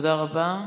תודה רבה.